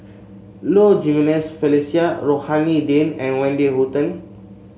Low Jimenez Felicia Rohani Din and Wendy Hutton